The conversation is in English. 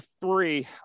three